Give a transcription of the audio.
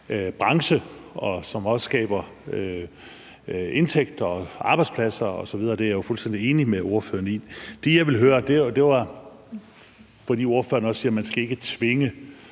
branche, som også skaber indtægter og arbejdspladser osv. Det er jeg jo fuldstændig enig med ordføreren i. Det, jeg vil høre om, er, at ordføreren også siger, at man ikke skal tvinge